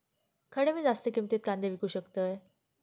खडे मी जास्त किमतीत कांदे विकू शकतय?